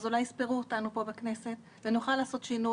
אז אולי יספרו אותנו פה בכנסת ונוכל לעשות שינוי.